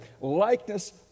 Likeness